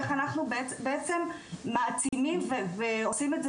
איך אנחנו בעצם מעצימים ועושים את זה